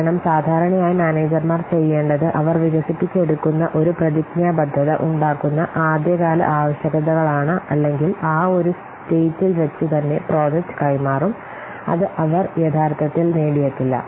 കാരണം സാധാരണയായി മാനേജർമാർ ചെയ്യേണ്ടത് അവർ വികസിപ്പിച്ചെടുക്കുന്ന ഒരു പ്രതിജ്ഞാബദ്ധത ഉണ്ടാക്കുന്ന ആദ്യകാല ആവശ്യകതകളാണ് അല്ലെങ്കിൽ ആ ഒരു സ്റ്റേറ്റിൽ വെച്ച് തന്നെ പ്രോജക്റ്റ് കൈമാറും അത് അവർ യഥാർത്ഥത്തിൽ നേടിയേക്കില്ല